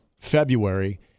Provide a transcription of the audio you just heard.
February